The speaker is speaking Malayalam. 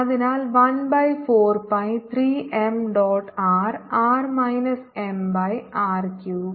അതിനാൽ 1 by 4 pi 3 m dot r r minus m by r cube